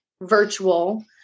virtual